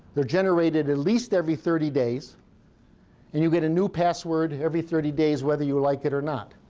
they're generated at least every thirty days, and you get a new password every thirty days whether you like it or not.